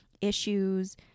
issues